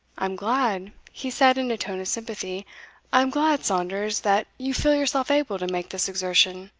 i am glad, he said in a tone of sympathy i am glad, saunders, that you feel yourself able to make this exertion.